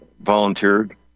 volunteered